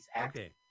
Okay